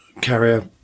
carrier